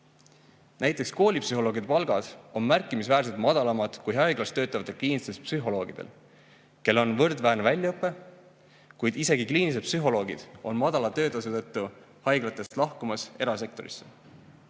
Näiteks koolipsühholoogide palgad on märkimisväärselt madalamad kui haiglas töötavatel kliinilistel psühholoogidel, kel on võrdväärne väljaõpe, kuid isegi kliinilised psühholoogid on madala töötasu tõttu haiglatest lahkumas erasektorisse.